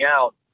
out